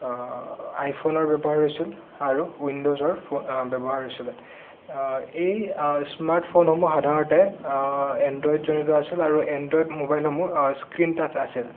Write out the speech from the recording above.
আইফোনৰ ব্যৱহাৰ হৈছিল আৰু ৱিনডজৰ ফো ব্যৱহাৰ হৈছিলে এই স্মাৰ্টফোনসমূহ সাধাৰণতে এনড্ৰইডজনিত আছিল আৰু এনড্ৰইড মোবাইলসমূহ স্ক্ৰিন টাছ আছিল